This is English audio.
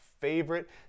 favorite